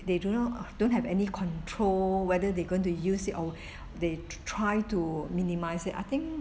they don't know don't have any control whether they're going to use it or they try to minimise it I think